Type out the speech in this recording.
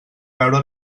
veure